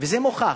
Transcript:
וזה מוכח.